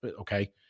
Okay